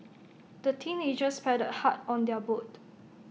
the teenagers paddled hard on their boat